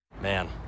Man